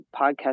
podcast